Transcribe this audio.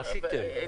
עשיתם.